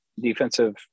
defensive